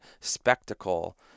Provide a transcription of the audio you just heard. spectacle